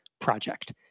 project